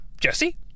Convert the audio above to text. Jesse